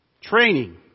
Training